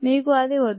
మీకు అది వద్దు